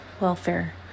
welfare